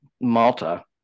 Malta